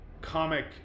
comic